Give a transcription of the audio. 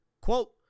Quote